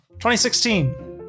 2016